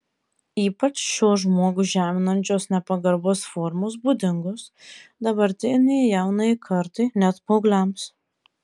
ypač šios žmogų žeminančios nepagarbos formos būdingos dabartinei jaunajai kartai net paaugliams